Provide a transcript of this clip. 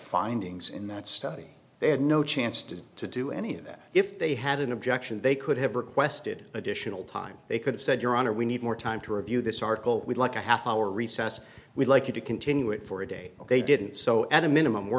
findings in that study they had no chance to to do any of that if they had an objection they could have requested additional time they could have said your honor we need more time to review this article we'd like a half hour recess we'd like you to continue it for a day they didn't so at a minimum we're